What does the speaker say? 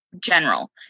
general